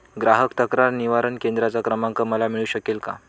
ग्राहक तक्रार निवारण केंद्राचा क्रमांक मला मिळू शकेल का?